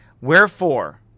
Wherefore